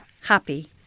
happy